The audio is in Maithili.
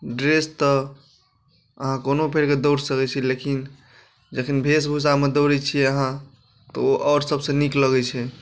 ड्रेस तऽ अहाँ कोनो पहिरकऽ दौड़ सकै छी लेकिन वेशभूषामे दौड़ै छी अहाँ तऽ ओ आओर सबसँ नीक लगै छै